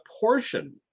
portion